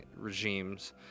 regimes